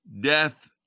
death